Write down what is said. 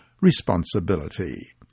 responsibility